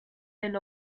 del